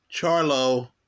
Charlo